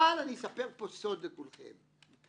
אספר פה סוד לכולכם.